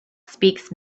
speaks